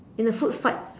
in the food fight